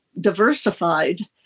diversified